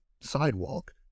sidewalk